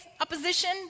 opposition